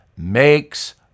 makes